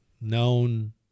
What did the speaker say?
known